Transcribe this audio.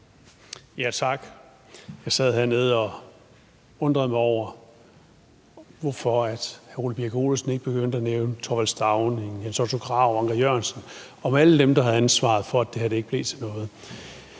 (S): Tak. Jeg sad hernede og undrede mig over, hvorfor hr. Ole Birk Olesen ikke begyndte at nævne Thorvald Stauning, Jens Otto Krag, Anker Jørgensen i forbindelse med alle dem, der havde ansvaret for, at det her ikke blev til noget.